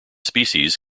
species